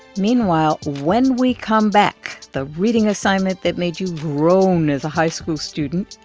meanwhile, when we come back, the reading assignment that made you groan as a high-school student,